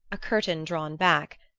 a curtain drawn back,